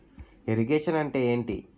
Irrigation అంటే ఏంటీ?